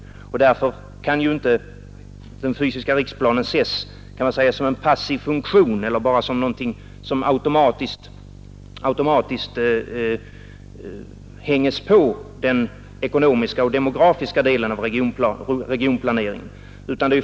Därför kan inte den fysiska riksplanen anses ha enbart en passiv funktion, den är inte något som automatiskt hängs på den ekonomiska och demografiska delen av regionplaneringen.